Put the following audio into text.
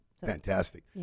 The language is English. Fantastic